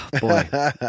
boy